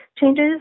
changes